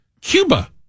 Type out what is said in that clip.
Cuba